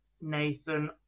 Nathan